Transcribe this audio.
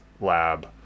lab